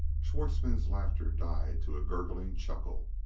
schwartzmann's laughter died to a gurgling chuckle.